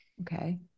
Okay